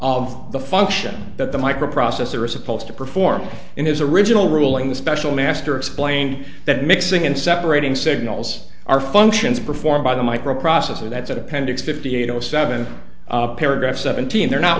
of the function that the microprocessor is supposed to perform in his original ruling the special master explained that mixing in separating signals are functions performed by the microprocessor that's at appendix fifty eight zero seven paragraph seventeen they're not